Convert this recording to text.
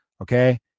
Okay